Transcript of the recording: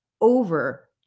over